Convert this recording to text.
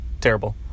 Terrible